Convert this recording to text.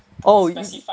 oh